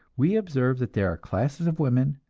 we observe that there are classes of women,